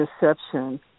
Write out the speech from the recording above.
Deception